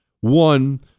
One